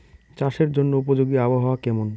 চাষের জন্য উপযোগী আবহাওয়া কেমন?